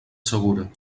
segura